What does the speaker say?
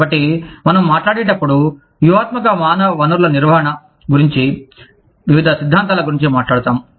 కాబట్టి మనం మాట్లాడేటప్పుడు వ్యూహాత్మక మానవ వనరుల నిర్వహణ గురించి వివిధ సిద్ధాంతాల గురించి మాట్లాడుతాము